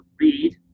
read